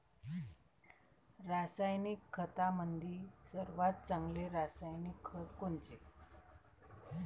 रासायनिक खतामंदी सर्वात चांगले रासायनिक खत कोनचे?